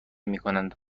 میکنند